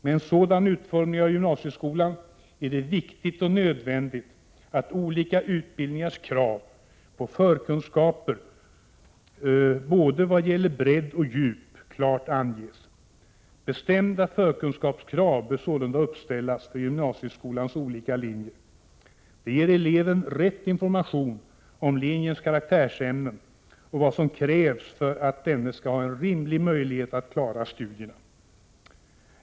Med en sådan utformning av gymnasieskolan är det viktigt och nödvändigt att olika utbildningars krav på förkunskaper vad gäller både bredd och djup klart anges. Bestämda förkunskapskrav bör sålunda uppställas för gymnasieskolans olika linjer. De ger eleven rätt information om linjens karaktärsämnen och vad som krävs för att denne skall ha en rimlig möjlighet att klara studierna.